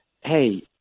hey